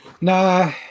Nah